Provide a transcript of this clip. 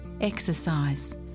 Exercise